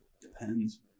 Depends